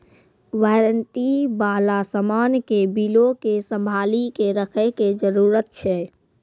warranty बाला समान के बिलो के संभाली के रखै के जरूरत छै